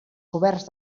coberts